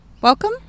welcome